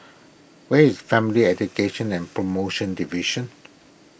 where is Family Education and Promotion Division